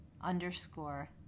underscore